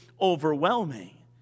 overwhelming